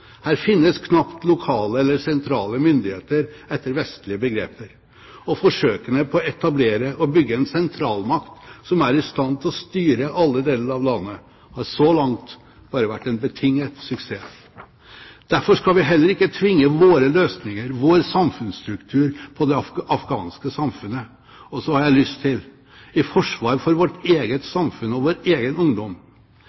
Her finnes knapt lokale eller sentrale myndigheter etter vestlige begreper. Og forsøkene på å etablere og bygge en sentralmakt som er i stand til å styre alle deler av landet, har så langt bare vært en meget betinget suksess. Derfor skal vi heller ikke tvinge våre løsninger, vår samfunnsstruktur, på det afghanske samfunnet. Så har jeg lyst til å legge til, i forsvar for vårt eget